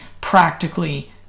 practically